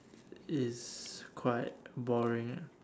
is quite boring ah